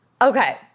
Okay